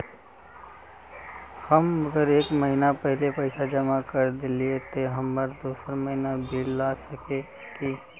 हम अगर एक महीना पहले पैसा जमा कर देलिये ते हम दोसर महीना बिल ला सके है की?